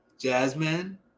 Jasmine